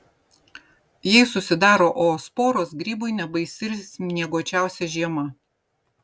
jei susidaro oosporos grybui nebaisi ir snieguočiausia žiema